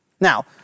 Now